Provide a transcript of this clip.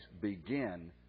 begin